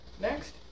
Next